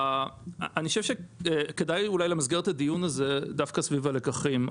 אני חושב שאולי כדאי למסגר את הדיון הזה דווקא סביב הלקחים.